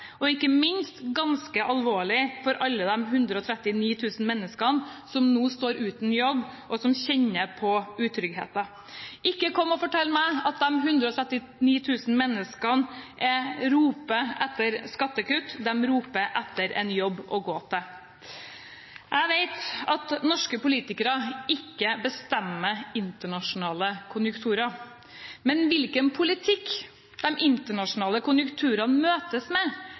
og ikke minst ganske alvorlig for alle de 139 000 menneskene som nå står uten jobb, og som kjenner på utryggheten. Ikke kom og fortell meg at de 139 000 menneskene roper etter skattekutt! De roper etter en jobb å gå til. Jeg vet at norske politikere ikke bestemmer internasjonale konjunkturer. Men hvilken politikk de internasjonale konjunkturene møtes med,